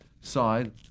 side